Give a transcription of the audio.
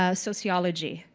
ah sociology.